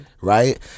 right